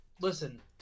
listen